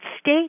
state